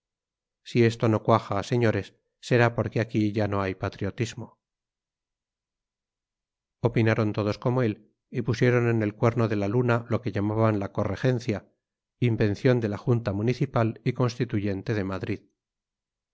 si esto no cuaja señores será porque aquí ya no hay patriotismo opinaron todos como él y pusieron en el cuerno de la luna lo que llamaban la co regencia invención de la junta municipal y constituyente de madrid